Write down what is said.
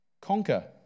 Conquer